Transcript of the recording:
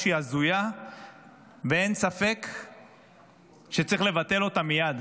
שהיא הזויה ואין ספק שצריך לבטל אותה מייד.